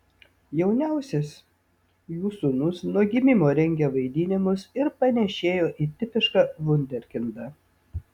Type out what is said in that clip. jauniausias jų sūnus nuo gimimo rengė vaidinimus ir panėšėjo į tipišką vunderkindą